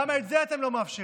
למה את זה אתם לא מאפשרים?